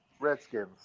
Redskins